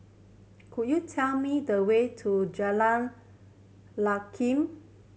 could you tell me the way to Jalan Lye Kwee